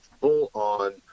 full-on